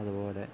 അതുപോലെ